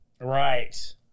Right